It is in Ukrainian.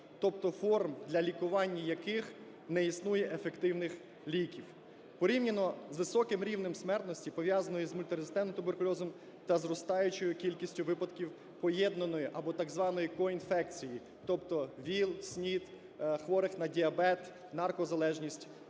Тобто форм для лікування яких не існує ефективних ліків. Порівняно з високим рівнем смертності пов'язаної з мультирезистентним туберкульозом та зростаючою кількістю випадків поєднаної або так званої ко-інфекції, тобто ВІЛ, СНІД, хворих на діабет, наркозалежність